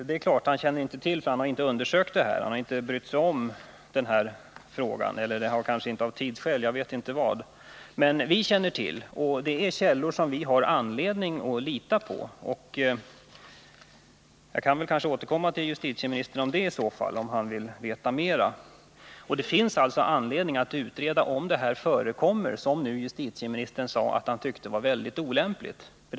Fru talman! Justitieministern säger att han inte känner till detta fall. Det är klart att han inte gör det, eftersom han inte undersökt eller brytt sig om denna fråga — kanske av tidsskäl, vad vet jag. Vi känner emellertid till detta förhållande. Till grund för våra påståenden har vi källor som vi har anledning att lita på. Om justitieministern vill veta mer på den punkten kan jag återkomma. Det finns alltså all anledning att utreda om det förekommer verksamhet av detta slag. Justitieministern säger här att det är väldigt olämpligt om något sådant skulle förekomma.